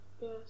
Yes